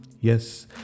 Yes